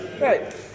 Right